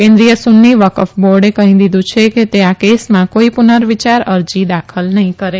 કેન્દ્રીથ સુન્ની વકફ બોર્ડે કહી દીધુ છે કે તે આ કેસમાં કોઇ પુનર્વિયાર અરજી દાખલ નહી કરે